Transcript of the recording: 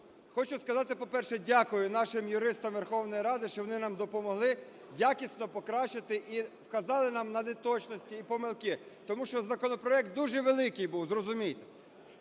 Хочу сказати, по-перше, дякую нашим юристам Верховної Ради, що вони нам допомогли якісно покращити і вказали нам на неточності і помилки, тому що законопроект дуже великий був, зрозумійте.